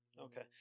Okay